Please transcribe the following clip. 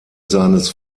seines